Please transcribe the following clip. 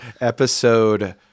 Episode